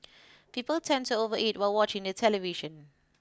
people tend to overeat while watching the television